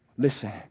listen